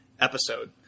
episode